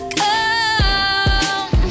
come